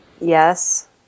Yes